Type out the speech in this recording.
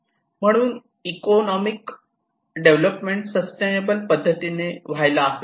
म्हणूनच economic development sustainable पद्धतीने व्हायला हवे